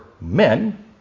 men